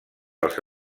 els